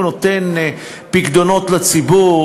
הוא נותן פיקדונות לציבור,